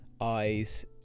eyes